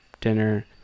dinner